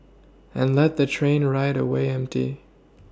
and let the train ride away empty